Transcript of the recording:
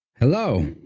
hello